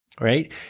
right